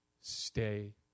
stay